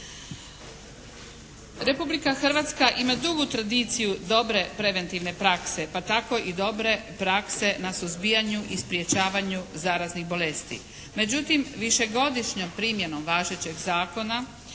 Republika Hrvatska ima dugu tradiciju dobre preventivne prakse pa tako i dobre prakse na suzbijanju i sprečavanju zaraznih bolesti. Međutim višegodišnjom primjenom važećeg zakona